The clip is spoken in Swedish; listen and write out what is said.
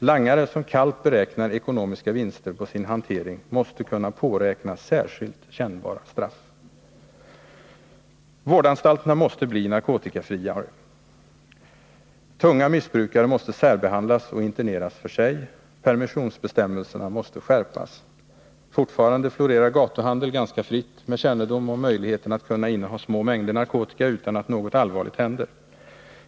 Langare som kallt räknar med ekonomiska vinster på sin hantering måste kunna påräkna särskilt kännbara straff. Vårdanstalterna måste bli narkotikafria. Tunga missbrukare måste särbehandlas och interneras för sig. Permissionsbestämmelserna måste skärpas. Fortfarande florerar gatuhandel ganska fritt, därför att man har kännedom om möjligheten att inneha små mängder narkotika utan att något allvarligt händer.